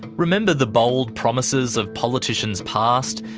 remember the bold promises of politicians past?